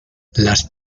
las